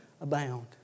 abound